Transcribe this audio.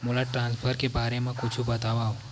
मोला ट्रान्सफर के बारे मा कुछु बतावव?